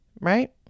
right